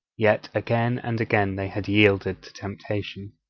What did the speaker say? yet again and again they had yielded to temptation.